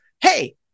hey